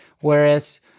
whereas